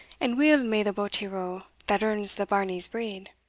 and weel may the boatie row that earns the bairnies' bread!